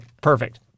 perfect